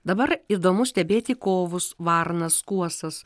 dabar įdomu stebėti kovus varnas kuosas